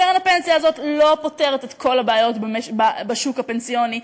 קרן הפנסיה הזאת לא פותרת את כל הבעיות בשוק הפנסיוני,